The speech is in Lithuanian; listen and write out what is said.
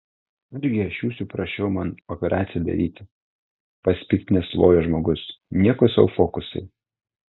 argi aš jūsų prašiau man operaciją daryti pasipiktinęs lojo žmogus nieko sau fokusai